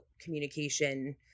communication